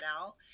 out